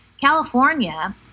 California